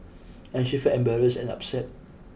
and she felt embarrassed and upset